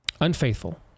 unfaithful